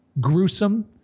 gruesome